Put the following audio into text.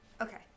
Okay